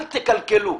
אל תקלקלו.